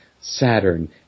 Saturn